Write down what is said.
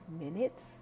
minutes